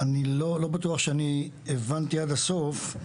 אני לא בטוח שאני הבנתי עד הסוף,